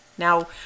Now